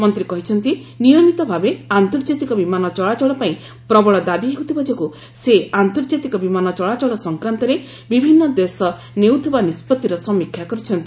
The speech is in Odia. ମନ୍ତ୍ରୀ କହିଛନ୍ତି ନିୟମିତ ଭାବେ ଆନ୍ତର୍ଜାତିକ ବିମାନ ଚଳାଚଳ ପାଇଁ ପ୍ରବଳ ଦାବି ହେଉଥିବା ଯୋଗୁଁ ସେ ଆନ୍ତର୍ଜାତିକ ବିମାନ ଚଳାଚଳ ସଂକ୍ରାନ୍ତରେ ବିଭିନ୍ନ ଦେଶ ନେଉଥିବା ନିଷ୍ପଭିର ସମୀକ୍ଷା କରିଛନ୍ତି